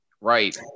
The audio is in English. Right